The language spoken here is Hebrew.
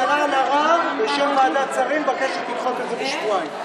השרה אלהרר בשם ועדת שרים מבקשת לדחות את זה בשבועיים.